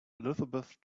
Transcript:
elizabeth